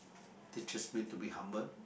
they trust me to be humble